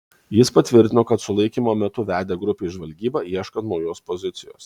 jis patvirtino kad sulaikymo metu vedė grupę į žvalgybą ieškant naujos pozicijos